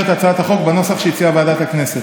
את הצעת החוק בנוסח שהציעה ועדת הכנסת.